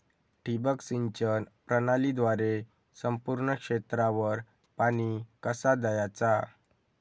ठिबक सिंचन प्रणालीद्वारे संपूर्ण क्षेत्रावर पाणी कसा दयाचा?